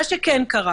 מה שכן קרה